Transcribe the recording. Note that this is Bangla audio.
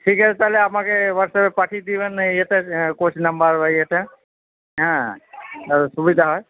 ঠিক আছে তাহলে আমাকে হোয়াটসঅ্যাাপে পাঠিয়ে দিবেন ইয়েতে কোচ নাম্বার ইয়েটা হ্যাঁ সুবিধা হয়